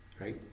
Right